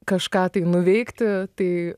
kažką nuveikti tai